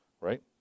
Right